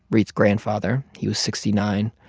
reat's grandfather. he was sixty nine.